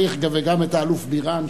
וגם את האלוף בירן,